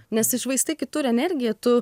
nes iššvaistai kitur energiją tu